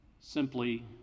Simply